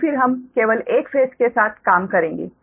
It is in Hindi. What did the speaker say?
और फिर हम केवल एक फेस के साथ काम करेंगे